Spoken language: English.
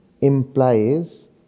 implies